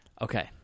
okay